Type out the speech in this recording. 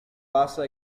bassa